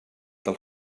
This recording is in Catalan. del